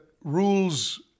rules